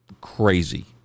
crazy